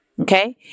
Okay